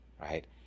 right